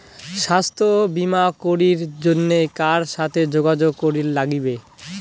স্বাস্থ্য বিমা করির জন্যে কার সাথে যোগাযোগ করির নাগিবে?